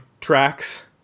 tracks